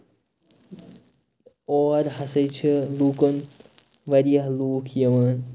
اور ہسا چھِ لُکَن واریاہ لُکھ یِوان